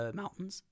mountains